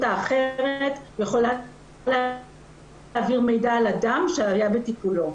האחרת יכולה להעביר מידע על אדם שהיה בטיפולו.